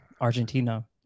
Argentina